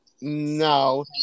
no